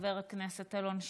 חבר הכנסת אלון שוסטר,